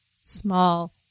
small